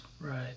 Right